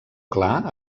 clar